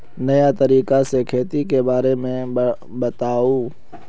नया तरीका से खेती के बारे में बताऊं?